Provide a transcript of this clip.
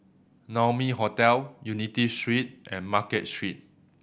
Naumi Hotel Unity Street and Market Street